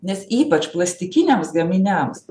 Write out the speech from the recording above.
nes ypač plastikiniams gaminiams